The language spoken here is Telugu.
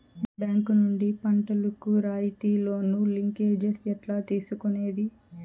బ్యాంకు నుండి పంటలు కు రాయితీ లోను, లింకేజస్ ఎట్లా తీసుకొనేది?